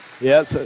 Yes